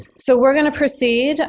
so we're going to proceed.